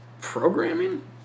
programming